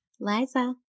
Liza